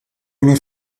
una